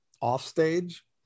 offstage